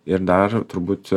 ir dar turbūt